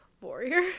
Warrior